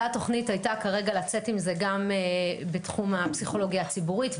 התוכנית הייתה כרגע לצאת עם זה גם בתחום הפסיכולוגיה הציבורית.